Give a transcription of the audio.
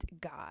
God